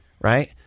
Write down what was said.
Right